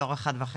"דור אחר וחצי",